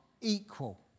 equal